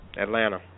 Atlanta